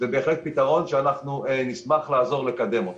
זה בהחלט פיתרון שאנחנו נשמח לעזור לקדם אותו.